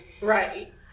Right